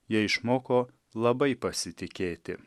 jie išmoko labai pasitikėti